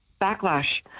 backlash